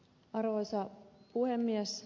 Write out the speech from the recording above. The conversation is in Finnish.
arvoisa puhemies